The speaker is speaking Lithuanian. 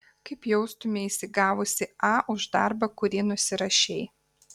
kaip jaustumeisi gavusi a už darbą kurį nusirašei